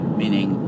meaning